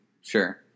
Sure